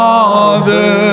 Father